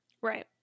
Right